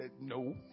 no